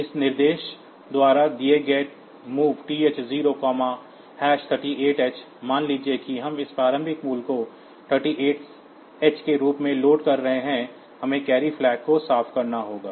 इस निर्देश द्वारा किए गए MOV TH038h मान लीजिए कि हम इस प्रारंभिक मूल्य को 38h के रूप में लोड कर रहे हैं हमें कैरी फ़्लैग को साफ़ करना होगा